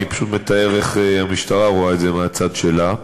אני פשוט מתאר איך המשטרה רואה את זה מהצד שלה,